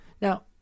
Now